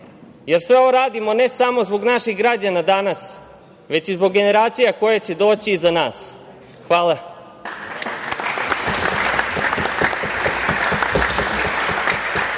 jer sve ovo radimo ne samo zbog naših građana danas, već i zbog generacija koje će doći iza nas. Hvala.